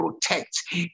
protect